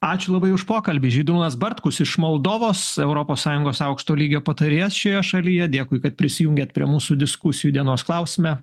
ačiū labai už pokalbį žydrūnas bartkus iš moldovos europos sąjungos aukšto lygio patarėjas šioje šalyje dėkui kad prisijungėt prie mūsų diskusijų dienos klausime